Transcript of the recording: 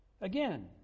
Again